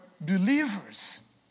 believers